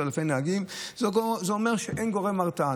זה אומר שאין גורם הרתעה.